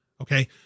Okay